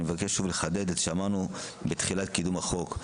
אני מבקש שוב לחדד את שאמרנו בתחילת קידום החוק,